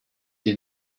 hier